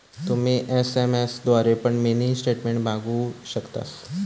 तुम्ही एस.एम.एस द्वारे पण मिनी स्टेटमेंट मागवु शकतास